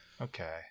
Okay